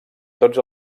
tots